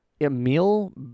Emil